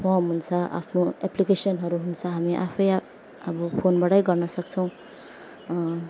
form हुन्छ आफ्नो एप्लिकेसनहरू हुन्छ हामी आफैआफ अब फोनबाटै गर्न सक्छौँ